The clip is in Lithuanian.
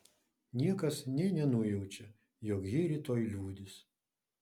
niekas nė nenujaučia jog ji rytoj liudys